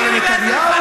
תזכיר לי מאיזו מפלגה